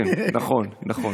אני חייב להגיד.